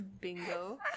bingo